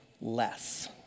less